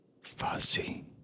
fuzzy